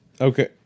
okay